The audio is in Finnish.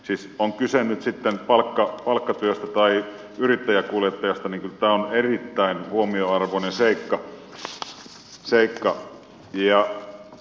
siis on kyse nyt sitten palkkatyöstä tai yrittäjäkuljettajasta niin kyllä tämä on erittäin huomionarvoinen seikka